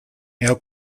air